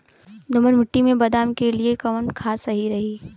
दोमट मिट्टी मे बादाम के लिए कवन खाद ठीक रही?